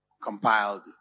compiled